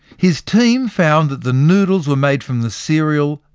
his team found that the noodles were made from the cereal,